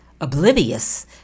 oblivious